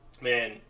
Man